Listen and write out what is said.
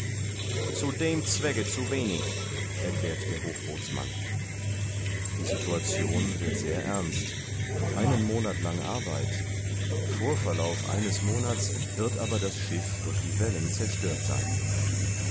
zu dem zwecke zu wenig erklärt der hochbootsmann die situation wird sehr ernst einen monat lang arbeit vor verlauf eines monats wird aber das schiff durch die wellen zerstört sein